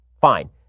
fine